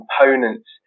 components